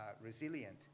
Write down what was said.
resilient